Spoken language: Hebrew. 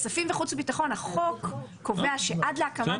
בכספים ובחוץ וביטחון החוק קובע שעד להקמת